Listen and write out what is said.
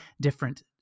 different